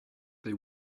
they